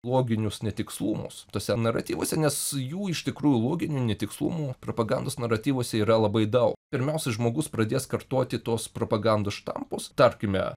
loginius netikslumus tuose naratyvuose nes jų iš tikrųjų loginių netikslumų propagandos naratyvuose yra labai daug pirmiausia žmogus pradės kartoti tos propagandos štampus tarkime